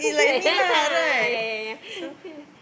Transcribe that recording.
yeah yeah yeah